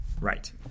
right